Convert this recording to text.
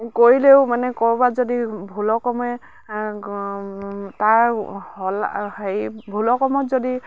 কৰিলেও মানে ক'ৰবাত যদি ভুলক্ৰমে তাৰ হলা হেৰি ভুলক্ৰমত যদি